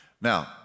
Now